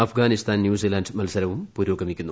Afghanistan New Zealand മത്സരവും പുരോഗമിക്കുന്നു